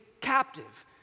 captive